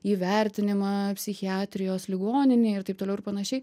įvertinimą psichiatrijos ligoninėj ir taip toliau ir panašiai